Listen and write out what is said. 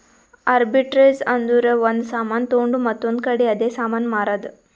arbitrage ಅಂದುರ್ ಒಂದ್ ಸಾಮಾನ್ ತೊಂಡು ಮತ್ತೊಂದ್ ಕಡಿ ಅದೇ ಸಾಮಾನ್ ಮಾರಾದ್